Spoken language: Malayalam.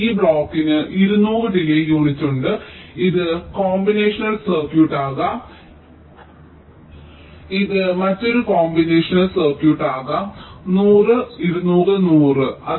ഈ ബ്ലോക്കിന് 200 ഡിലേയ് യൂണിറ്റ് ഉണ്ട് ഇത് കോമ്പിനേഷണൽ സർക്യൂട്ട് ആകാം ഇത് മറ്റൊരു കോമ്പിനേഷൻ സർക്യൂട്ട് ആകാം 100 200 100